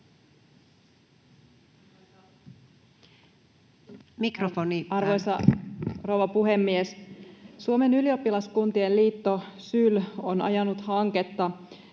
puhemies... Arvoisa rouva puhemies! Suomen ylioppilaskuntien liitto SYL on ajanut hanketta,